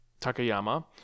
Takayama